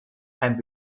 and